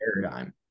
paradigm